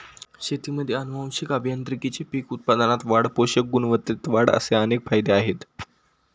शेतीमध्ये आनुवंशिक अभियांत्रिकीचे पीक उत्पादनात वाढ, पोषक गुणवत्तेत वाढ असे अनेक फायदे आहेत